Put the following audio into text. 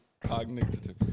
Cognitive